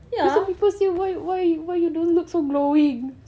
because some people say why why why you don't look so glowing